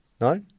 no